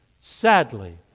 sadly